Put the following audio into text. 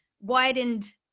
widened